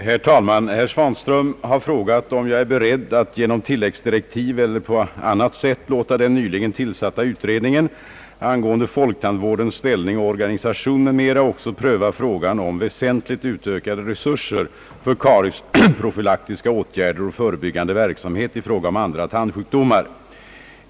Herr talman! Herr Svanström har frågat, om jag är beredd att genom tillläggsdirektiv eller på annat sätt låta den nyligen tillsatta utredningen an gående folktandvårdens ställning och organisation m.m. också pröva frå gan om väsentligt utökade resurser för kariesprofylaktiska åtgärder och förebyggande verksamhet i fråga om andra tandsjukdomar.